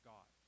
God